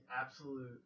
absolute